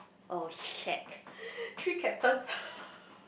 three captains ah